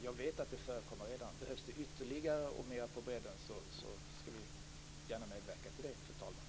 Jag vet att det förekommer redan, och om det behövs ytterligare och mera på bredden skall vi gärna medverka till det, fru talman.